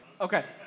Okay